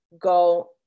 go